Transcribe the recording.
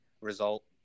result